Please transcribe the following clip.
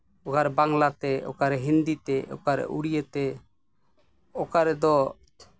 ᱚᱠᱟᱨᱮ ᱵᱟᱝᱞᱟᱛᱮ ᱚᱠᱟᱨᱮ ᱦᱤᱱᱫᱤᱛᱮ ᱚᱠᱟᱨᱮ ᱩᱲᱤᱭᱟᱛᱮ ᱚᱠᱟᱨᱮ ᱨᱮᱫᱚ